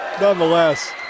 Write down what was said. nonetheless